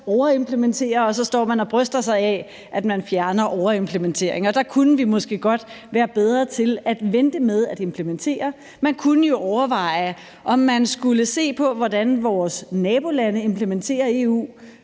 overimplementerer, og så står man og bryster sig af, at man fjerner overimplementering. Der kunne vi måske godt være bedre til at vente med at implementere. Man kunne jo overveje, om man skulle se på, hvordan vores nabolande implementerer